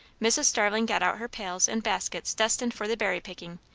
mrs. starling got out her pails and baskets destined for the berry-picking,